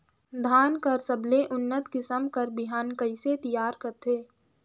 धान कर सबले उन्नत किसम कर बिहान कइसे तियार करथे?